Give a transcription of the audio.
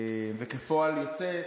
וכפועל יוצא,